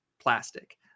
plastic